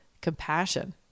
compassion